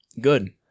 Good